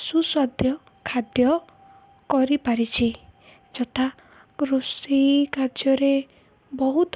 ସୁସ୍ୱାଦ୍ୟ ଖାଦ୍ୟ କରିପାରିଛି ଯଥା ରୋଷେଇ କାର୍ଯ୍ୟରେ ବହୁତ